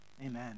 Amen